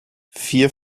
vier